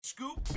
Scoop